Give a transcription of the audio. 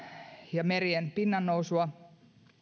ja merien pinnannousua